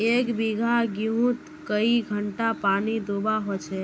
एक बिगहा गेँहूत कई घंटा पानी दुबा होचए?